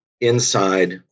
inside